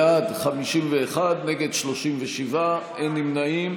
בעד, 51, נגד, 37, אין נמנעים.